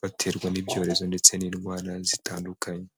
baterwa n'ibyorezo ndetse n'indwara zitandukanye.